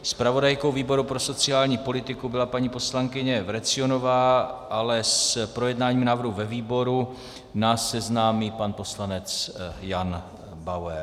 Zpravodajkou výboru pro sociální politiku byla paní poslankyně Vrecionová, ale s projednáním návrhu ve výboru nás seznámí pan poslanec Jan Bauer.